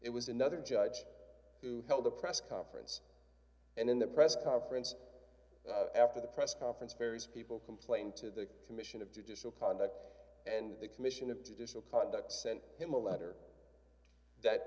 it was another judge who held a press conference and in the press conference after the press conference various people complained to the commission of judicial conduct and the commission of judicial conduct sent him a letter that